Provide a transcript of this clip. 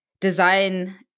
design